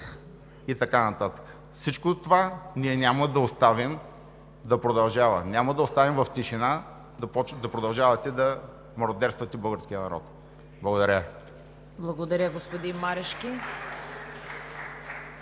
и така нататък. Всичкото това ние няма да оставим да продължава. Няма да оставим в тишина да продължавате да мародерствате българския народ! Благодаря. (Ръкопляскания